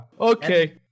okay